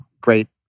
great